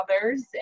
others